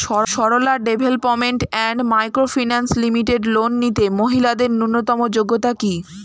Sarala development and micro finance limited loan নিতে মহিলাদের ন্যূনতম যোগ্যতা কী?